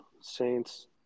Saints